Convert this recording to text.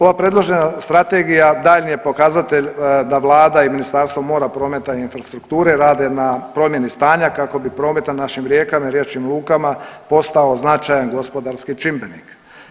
Ova predložena Strategija daljnji je pokazatelj da Vlada i Ministarstvo mora, prometa i infrastrukture rade na promjeni stanja kako bi promet na našim rijekama i riječnim lukama postao značajan gospodarski čimbenik.